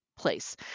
place